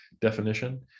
definition